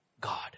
God